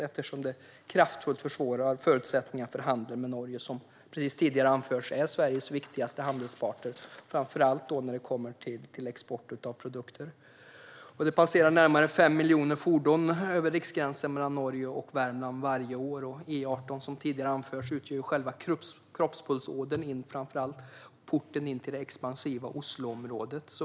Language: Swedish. Det försvårar kraftfullt förutsättningarna för handel med Norge, som precis har anförts som Sveriges viktigaste handelspartner, framför allt när det gäller export av produkter. Närmare 5 miljoner fordon passerar riksgränsen mellan Norge och Värmland varje år.